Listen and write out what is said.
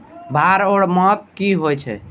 भार ओर माप की होय छै?